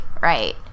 right